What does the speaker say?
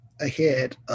ahead